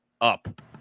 up